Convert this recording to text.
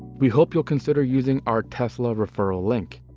we hope you'll consider using our tesla referral link.